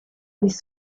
les